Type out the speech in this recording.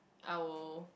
I will